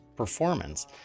performance